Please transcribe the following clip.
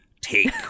take